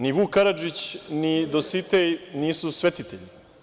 Ni Vuk Karadžić, ni Dositej nisu svetitelji.